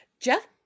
Jeff